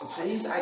Please